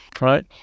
right